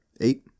Eight